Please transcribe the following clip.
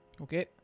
Okay